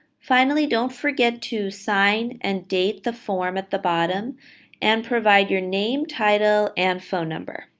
finally, don't forget to sign and date the form at the bottom and provide your name, title, and phone number.